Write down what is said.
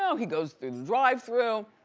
so he goes through the drive-thru,